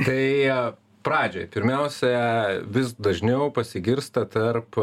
tai pradžiai pirmiausia vis dažniau pasigirsta tarp